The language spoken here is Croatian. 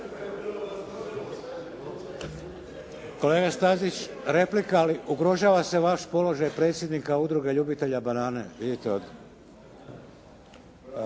Kolega Stazić replika, ali ugrožava se vaš položaj predsjednika udruge ljubitelja banane.